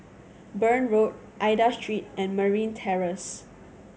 Burn Road Aida Street and Marine Terrace